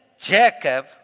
Jacob